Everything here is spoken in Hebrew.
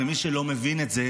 ומי שלא מבין את זה,